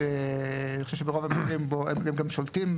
שאני חושב שברוב המקרים הם גם שולטים,